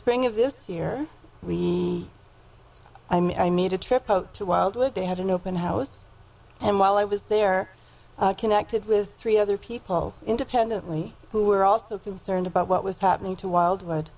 spring of this year i made a trip to wildwood they had an open house and while i was there connected with three other people independently who were also concerned about what was happening to wildwood